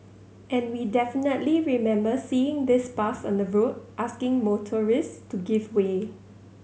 and we definitely remember seeing this bus on the road asking motorists to give way